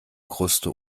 kruste